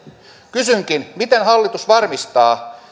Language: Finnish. kysynkin miten hallitus varmistaa